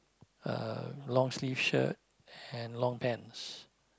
uh long sleeve shirt and long pants